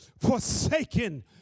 forsaken